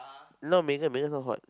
not Megan Megan not hot